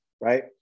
Right